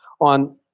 on